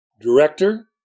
director